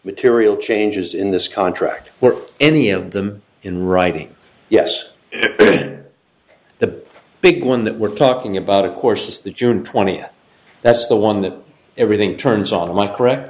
material changes in this contract or any of them in writing yes the big one that we're talking about of course the june twentieth that's the one that everything turns on my correct